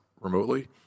remotely